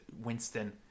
Winston